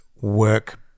work